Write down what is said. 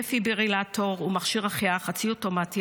דפיברילטור הוא מכשיר החייאה חצי אוטומטי,